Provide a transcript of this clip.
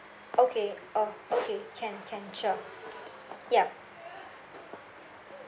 okay oh okay can can sure yup